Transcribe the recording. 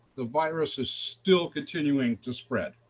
the virus is still continuing to spread.